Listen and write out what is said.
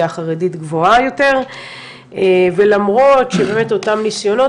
חרדית גבוהה יותר ולמרות שאותם ניסיונות,